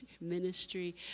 ministry